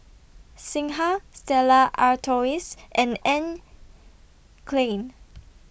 Singha Stella Artois and Anne Klein